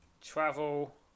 Travel